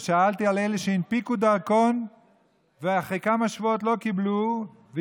ושאלתי על אלה שהנפיקו דרכון ולא קיבלו אותו אחרי כמה שבועות,